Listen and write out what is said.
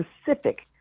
specific